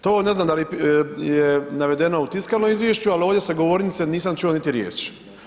To ne znam da li je navedeno u tiskanom izvješću, ali ovdje s govornice nisam čuo niti riječ.